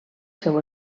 seu